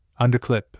underclip